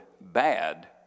bad